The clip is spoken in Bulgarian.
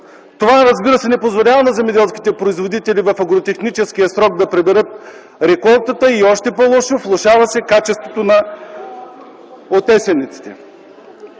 Това, разбира се, не позволява на земеделските производители в агротехническия срок да приберат реколтата, и още по-лошо – влошава се качеството на есенниците.